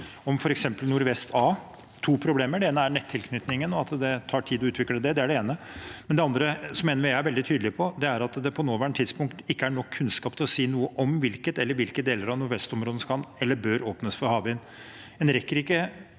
Nordvest A, der det er to problemer. Det ene er nettilknytningen og at det tar tid å utvikle det. Det er det ene. Det andre, som NVE er veldig tydelig på, er at det på nåværende tidspunkt ikke er nok kunnskap til å si noe om hvilke deler av nordvestområdet som kan eller bør åpnes for havvind.